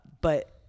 but-